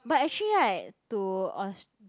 but actually right to aus~